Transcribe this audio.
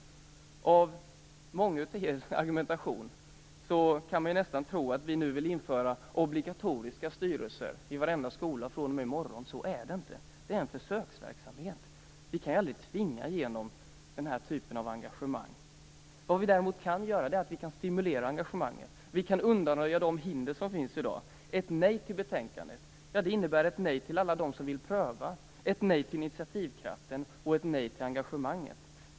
Av mångas argumentation kan man nästan tro att vi nu vill införa obligatoriska styrelser i varenda skola från och med i morgon. Så är det inte - det är en försöksverksamhet. Vi kan aldrig tvinga fram den här typen av engagemang. Däremot kan vi stimulera engagemanget och undanröja de hinder som finns i dag. Ett nej till betänkandet innebär ett nej till att de som vill pröva, ett nej till initiativkraften och ett nej till engagemanget.